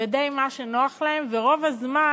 ודי מה שנוח להם, ורוב הזמן,